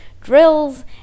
drills